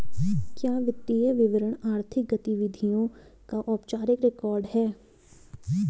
क्या वित्तीय विवरण आर्थिक गतिविधियों का औपचारिक रिकॉर्ड है?